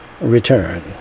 return